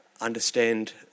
understand